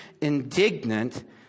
indignant